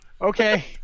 Okay